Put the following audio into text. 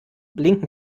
blinken